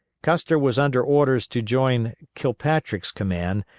custer was under orders to join kilpatrick's command,